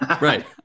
Right